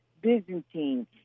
Byzantine